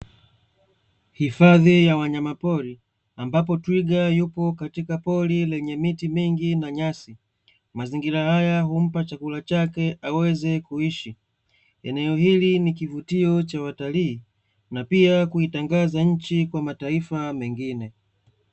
Hifadhi ya wanyama pori, ambapo twiga yupo katika pori lenye miti mingi na nyasi, mazingira haya humpa chakula chake aweze kuishi. Eneo hili ni kivutio cha watalii, na pia kuitangaza nchi kwa mataifa mengine.